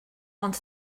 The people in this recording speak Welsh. ond